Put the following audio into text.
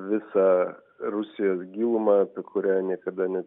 visą rusijos gilumą apie kurią niekada net